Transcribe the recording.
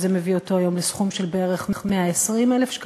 שזה מביא אותו היום לסכום של בערך 120 מיליון שקלים,